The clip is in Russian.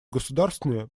государствами